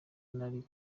nari